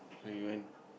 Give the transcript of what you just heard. so even